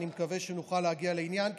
אני מקווה שנוכל להגיע לעניין,